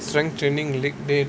strength training leg day